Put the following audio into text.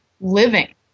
living